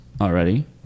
already